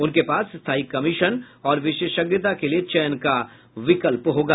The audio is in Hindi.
उनके पास स्थायी कमीशन और विशेषज्ञता के लिए चयन का विकल्प होगा